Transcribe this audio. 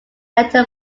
editor